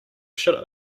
should